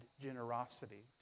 generosity